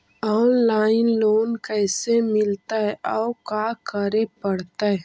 Online loan कैसे मिलतै औ का करे पड़तै?